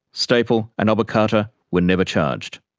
stapel and obokata were never charged.